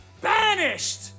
Banished